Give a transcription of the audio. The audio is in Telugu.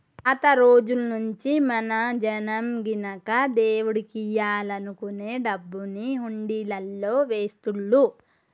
పాత రోజుల్నుంచీ మన జనం గినక దేవుడికియ్యాలనుకునే డబ్బుని హుండీలల్లో వేస్తుళ్ళు